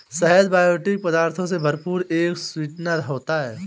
शहद बायोएक्टिव पदार्थों से भरपूर एक स्वीटनर होता है